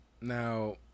Now